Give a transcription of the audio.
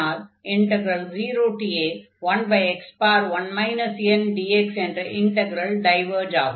அதனால் 0a1x1 ndx என்ற integral diverge ஆகும்